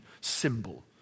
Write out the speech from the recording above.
symbol